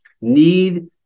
need